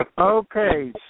okay